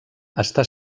està